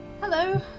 hello